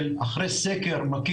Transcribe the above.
אבל המדינה בנתה למעשה את הסקרים הראשונים